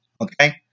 Okay